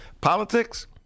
politics